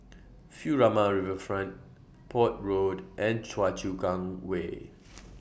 Furama Riverfront Port Road and Choa Chu Kang Way